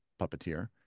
puppeteer